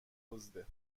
دزده